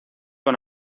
con